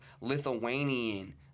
Lithuanian